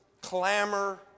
clamor